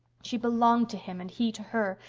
she belonged to him and he to her.